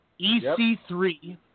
EC3